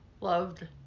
loved